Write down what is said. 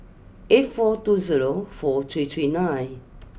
eight four two zero four three three nine